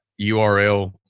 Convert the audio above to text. URL